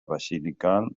basilical